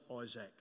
Isaac